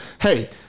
hey